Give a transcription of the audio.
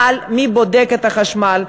אבל מי בודק את החשמל?